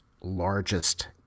largest